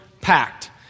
packed